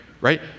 Right